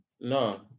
No